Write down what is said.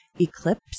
eclipse